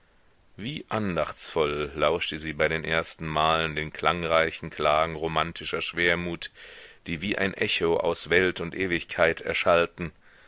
wie andachtsvoll lauschte sie bei den ersten malen den klangreichen klagen romantischer schwermut die wie ein echo aus welt und ewigkeit erschallten